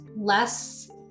less